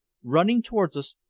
running towards us,